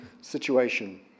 situation